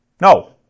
No